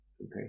okay